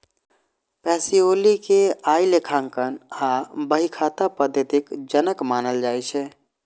Pacioli कें आइ लेखांकन आ बही खाता पद्धतिक जनक मानल जाइ छै